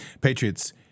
patriots